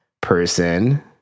person